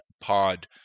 Pod